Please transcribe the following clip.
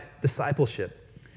discipleship